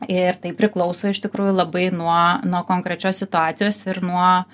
ir tai priklauso iš tikrųjų labai nuo nuo konkrečios situacijos ir nuo